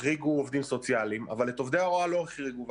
החריגו עובדים סוציאליים אבל את עובדי ההוראה לא החריגו.